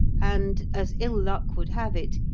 and, as ill luck would have it,